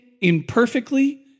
imperfectly